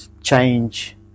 change